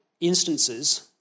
instances